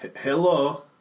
Hello